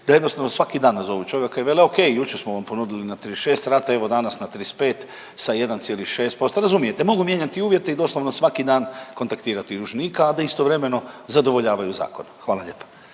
da jednostavno svaki dan nazovu čovjeka i vele, okej, jučer smo vam ponudili na 36 rata, evo danas na 35 sa 1,6%, razumijete, mogu mijenjati uvjete i doslovno svaki dan kontaktirati dužnika, a da istovremeno zadovoljavaju zakon. Hvala lijepo.